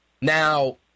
Now